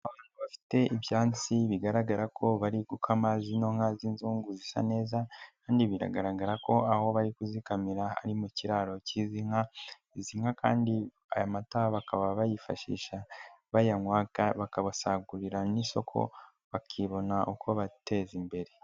Abantu bafite ibyansi bigaragara ko bari gukama zino nka z'inzungu zisa neza kandi biragaragara ko aho bari kuzikamira ari mu kiraro cy'izi nka, izi nka kandi aya mata bakaba bayifashisha bayanywa bakaba basagurira n'isoko bakabona uko bateza imbere.